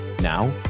now